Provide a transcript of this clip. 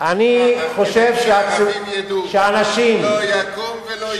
כדאי שהערבים ידעו, לא יקום ולא יהיה.